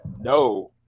no